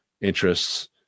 interests